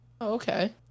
okay